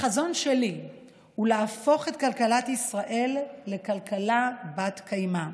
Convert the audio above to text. החזון שלי הוא להפוך את כלכלת ישראל לכלכלה בת-קיימא.